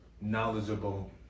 knowledgeable